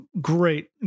great